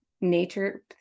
nature